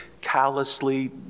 callously